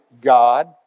God